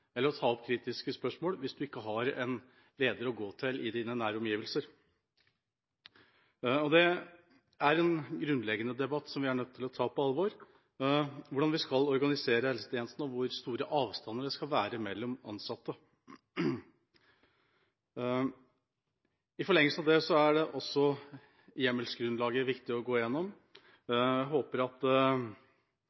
eller å ta opp kritiske spørsmål hvis du ikke har en leder å gå til i dine nære omgivelser. Det er en grunnleggende debatt som vi er nødt til å ta på alvor, hvordan vi skal organisere helsetjenestene, og hvor stor avstand det skal være mellom ansatte. I forlengelsen av det er det også viktig å gå